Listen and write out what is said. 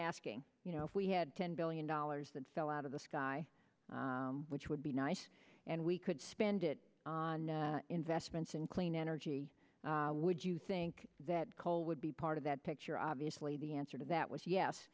asking you know if we had ten billion dollars that fell out of the sky which would be nice and we could spend it on investments in clean energy would you think that coal would be part of that picture obviously the answer to that was yes